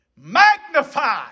magnify